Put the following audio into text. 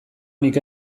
nik